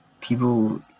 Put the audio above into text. people